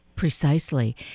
Precisely